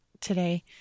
today